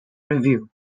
review